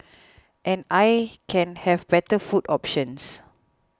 and I can have better food options